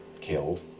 killed